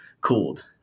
cooled